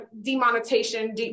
demonetization